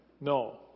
No